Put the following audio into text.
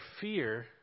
fear